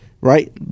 right